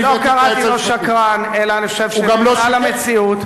לכן הבאתי את היועץ המשפטי.